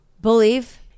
believe